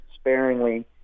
sparingly